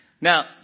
Now